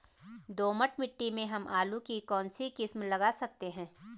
दोमट मिट्टी में हम आलू की कौन सी किस्म लगा सकते हैं?